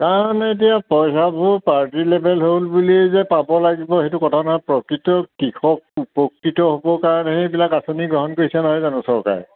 কাৰণে এতিয়া পইচাবোৰ পাৰ্টি লেভেল হ'ল বুলিয়ে যে পাব লাগিব সেইটো কথা নহয় প্ৰকৃত কৃষক উপকৃত হ'বৰ কাৰণেহে এইবিলাক আঁচনি গ্ৰহণ কৰিছে নহয় জানো চৰকাৰে